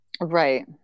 right